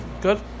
Good